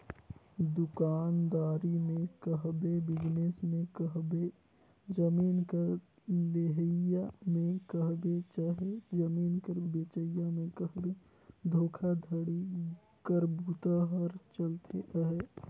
दुकानदारी में कहबे, बिजनेस में कहबे, जमीन कर लेहई में कहबे चहे जमीन कर बेंचई में कहबे धोखाघड़ी कर बूता हर चलते अहे